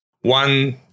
one